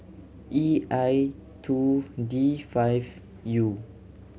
E I two D five U